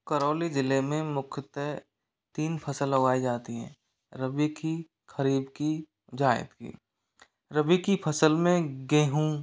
करौली ज़िले में मुख्यतः तीन फसल उगाई जाती हैं रबी की खरीब जायद की रबी की फसल में गेंहू